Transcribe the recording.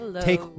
take